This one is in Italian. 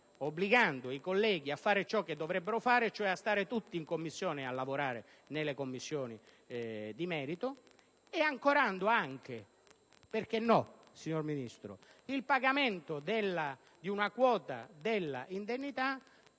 obbligando i colleghi a fare ciò che dovrebbero fare cioè a stare tutti a lavorare nelle Commissioni di merito, ancorando anche - perché no, signor Ministro? - il pagamento di una quota della indennità